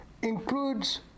includes